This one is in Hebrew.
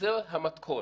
זה המתכון.